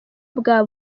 bwa